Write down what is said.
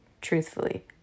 Truthfully